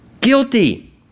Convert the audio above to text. Guilty